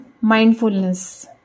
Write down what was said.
mindfulness